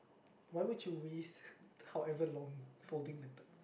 why would you risk how ever long folding letters